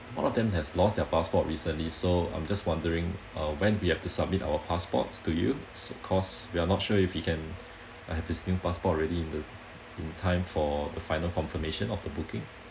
one of them has lost their passport recently so I'm just wondering uh when we have to submit our passports to you s~ cause we are not sure if he can uh have his new passport already in the in time for the final confirmation of the booking